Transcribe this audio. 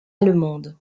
allemande